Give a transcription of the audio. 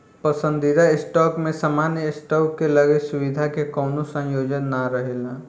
पसंदीदा स्टॉक में सामान्य स्टॉक के लगे सुविधा के कवनो संयोजन ना रहेला